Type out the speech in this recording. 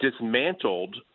dismantled